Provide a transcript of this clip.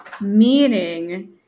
meaning